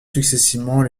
successivement